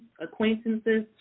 acquaintances